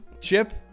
Chip